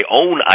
own